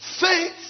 faith